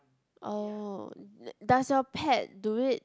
oh does your pet do it